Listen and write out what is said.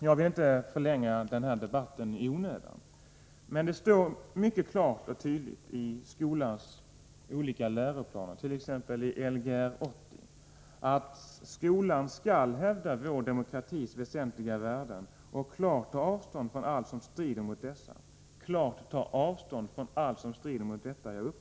Jag vill inte förlänga debatten i onödan, men det står mycket klart och tydligt i skolans olika läroplaner, t.ex. i Lgr 80, att skolan skall hävda vår demokratis väsentliga värderingar och klart ta avstånd från allt som strider mot dessa. Jag vill upprepa: klart ta avstånd från allt som strider mot dessa.